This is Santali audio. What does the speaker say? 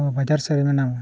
ᱵᱟᱡᱟᱨ ᱥᱮᱫᱨᱮ ᱢᱮᱱᱟ